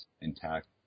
intact